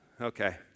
Okay